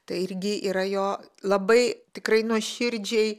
tai irgi yra jo labai tikrai nuoširdžiai